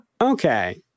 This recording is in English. Okay